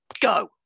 go